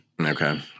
Okay